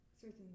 certain